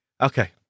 Okay